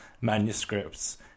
manuscripts